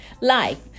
life